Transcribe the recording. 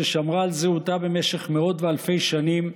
ששמרה על זהותה במשך מאות ואלפי שנים,